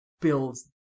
builds